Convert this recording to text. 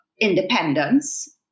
independence